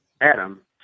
Adam